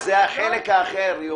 היא אומרת: